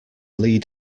lead